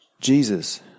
Jesus